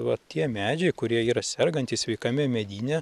va tie medžiai kurie yra sergantys sveikame medyne